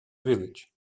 village